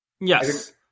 Yes